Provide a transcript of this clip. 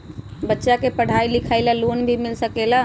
बच्चा के पढ़ाई लिखाई ला भी लोन मिल सकेला?